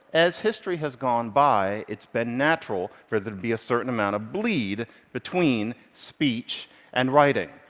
as history has gone by, it's been natural for there to be a certain amount of bleed between speech and writing.